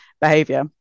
behavior